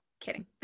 kidding